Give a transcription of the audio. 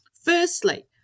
Firstly